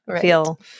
feel